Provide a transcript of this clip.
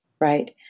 right